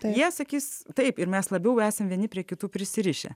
tai jie sakys taip ir mes labiau esam vieni prie kitų prisirišę